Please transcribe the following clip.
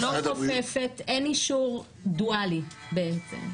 היא לא חופפת, אין אישור דואלי בעצם.